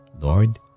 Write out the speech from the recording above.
Lord